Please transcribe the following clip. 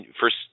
First